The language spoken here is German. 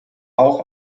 auch